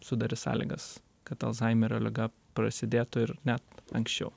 sudarys sąlygas kad alzhaimerio liga prasidėtų ir net anksčiau